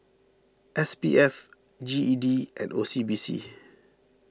S P F G E D and O C B C